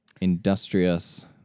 industrious